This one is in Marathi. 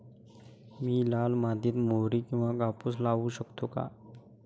मी लाल मातीत मोहरी किंवा कापूस लावू शकतो का?